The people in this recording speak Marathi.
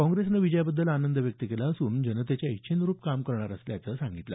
काँग्रेसनं विजयाबद्दल आनंद व्यक्त केला असून जनतेच्या इच्छेनुरूप काम करणार असल्याचं सांगितलं